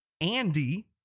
Andy